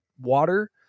water